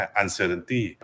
uncertainty